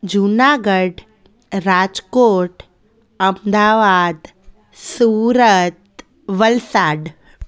Junagadh Rajkot Ahmedabad Surat Valsad